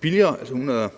billigere, altså 166.000 kr.